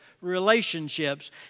relationships